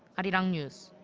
arirang news.